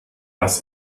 das